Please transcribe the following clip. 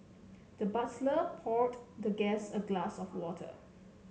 the butler poured the guest a glass of water